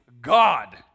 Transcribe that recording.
God